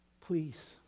please